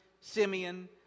Simeon